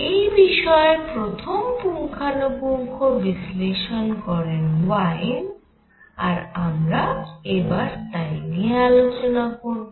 এই বিষয়ে প্রথম পুঙ্খানুপুঙ্খ বিশ্লেষণ করেন ওয়েইন আর আমরা এবার তাই নিয়ে আলোচনা করব